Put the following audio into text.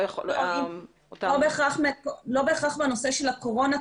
לא יכול --- לא בהכרח מהנושא של הקורונה,